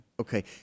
Okay